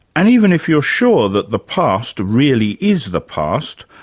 and even if you're sure that the past really is the past,